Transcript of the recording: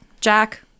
Jack